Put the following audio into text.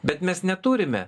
bet mes neturime